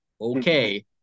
okay